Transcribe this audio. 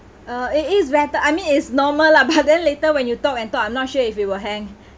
uh it is better I mean it's normal lah but then later when you talk and talk I'm not sure if you will hang